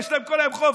יש להם כל יום חופש,